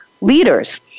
leaders